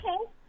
Okay